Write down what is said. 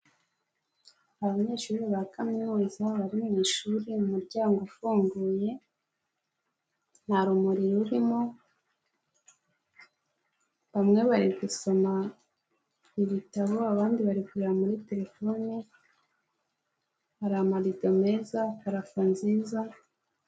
Abanyeshuri ba kaminuza bari mu ishuri umuryango ufunguye, nta rumuri rurimo. Bamwe bari gusoma ibitabo abandi bari kureba muri telefoni, hari amarido meza, parafo nziza...